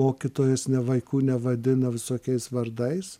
mokytojas ne vaikų nevadina visokiais vardais